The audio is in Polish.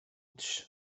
ukropie